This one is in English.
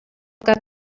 got